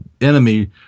enemy